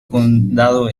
condado